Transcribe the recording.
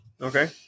Okay